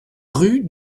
rue